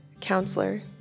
counselor